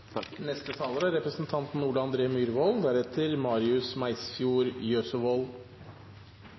Neste taler er Marius Meisfjord Jøsevold.